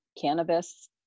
cannabis